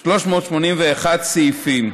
381 סעיפים.